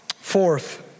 Fourth